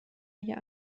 hier